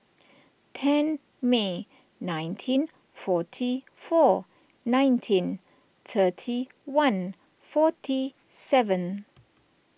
ten May nineteen forty four nineteen thirty one forty seven